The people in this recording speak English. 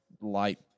light